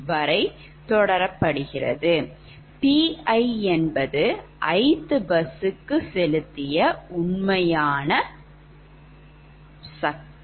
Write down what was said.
Pi என்பது ith bus க்கு செலுத்திய உண்மையான power